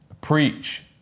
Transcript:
preach